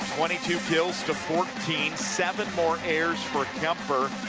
twenty two kills to fourteen. seven more errors for kuemper.